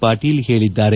ಪಾಟೀಲ್ ಹೇಳಿದ್ದಾರೆ